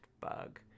bug